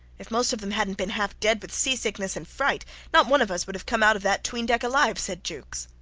if most of them hadnt been half dead with seasickness and fright, not one of us would have come out of that tween-deck alive, said jukes.